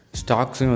stocks